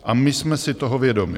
A my jsme si toho vědomi.